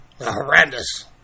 Horrendous